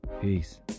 peace